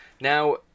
Now